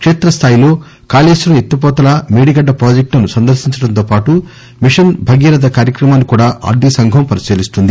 కేత్ర స్టాయిలో కాళేశ్వరం ఎత్తిపోతల మేడిగడ్డ ప్రాజెక్టులను సందర్శించడంతో పాటు మిశన్ భగీరథ కార్యక్రమాన్ని కూడా ఆర్గిక సంఘం పరిశీలిస్తుంది